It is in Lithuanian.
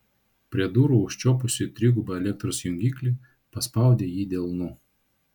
prie durų užčiuopusi trigubą elektros jungiklį paspaudė jį delnu